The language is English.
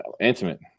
intimate